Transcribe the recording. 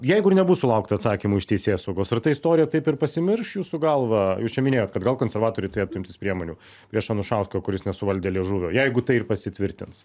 jeigu ir nebus sulaukta atsakymų iš teisėsaugos ar ta istorija taip ir pasimirš jūsų galva jūs čia minėjot kad gal konservatoriai turėtų imtis priemonių prieš anušauską kuris nesuvaldė liežuvio jeigu tai ir pasitvirtins